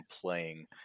playing